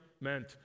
meant